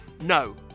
No